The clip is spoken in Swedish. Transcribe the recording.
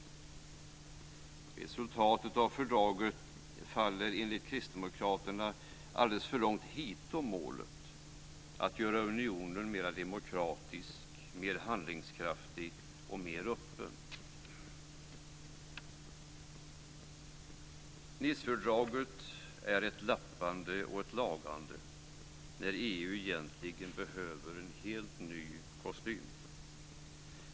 Resultatet av fördraget faller enligt Kristdemokraterna alldeles för långt hitom målet: att göra unionen mer demokratisk, mer handlingskraftig och mer öppen. Nicefördraget är ett lappande och lagande när EU egentligen behöver en helt ny kostym.